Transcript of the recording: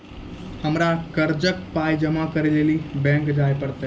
हमरा कर्जक पाय जमा करै लेली लेल बैंक जाए परतै?